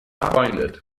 befreundet